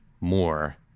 more